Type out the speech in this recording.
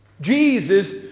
Jesus